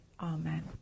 Amen